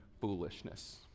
foolishness